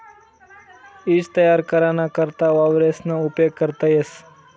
ईज तयार कराना करता वावरेसना उपेग करता येस